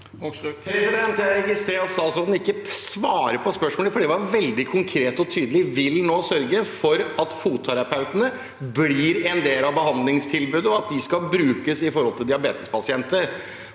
Jeg registrerer at statsråden ikke svarer på spørsmålet, for det var veldig konkret og tydelig: Vil han nå sørge for at fotterapeutene blir en del av behandlingstilbudet, og at de skal brukes i forbindelse med diabetespasienter?